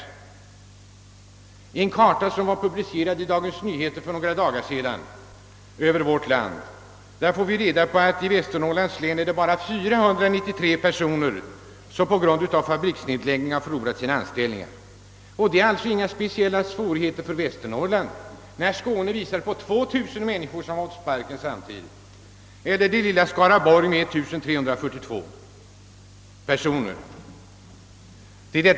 Enligt en karta som publicerades för några dagar sedan i Dagens Nyheter har bara i Västernorrlands län 493 personer förlorat sina anställningar på grund av fabriksnedläggningar. Och det råder inte speciella svårigheter just i Västernorrland; i Skåne har 2 000 människor »fått sparken», och i det lilla Skaraborg har 1342 personer friställts.